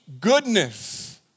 Goodness